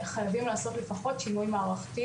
חייבים לעשות לפחות שינוי מערכתי